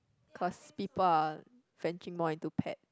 cause people are venturing more into pet